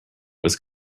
was